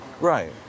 Right